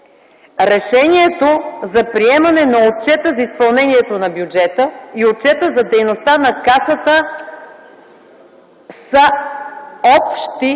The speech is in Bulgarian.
Решението за приемане на Отчета за изпълнението на бюджета и Отчета за дейността на Касата е общо.